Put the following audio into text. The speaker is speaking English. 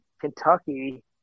kentucky